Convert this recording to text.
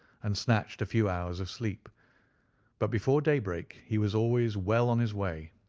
and snatched a few hours of sleep but before daybreak he was always well on his way.